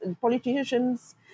politicians